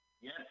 Yes